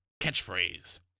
catchphrase